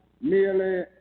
merely